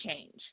change